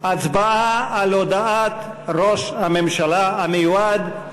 הצבעה על הודעת ראש הממשלה המיועד,